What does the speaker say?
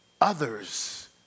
others